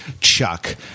Chuck